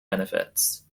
benefits